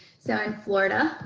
so in florida,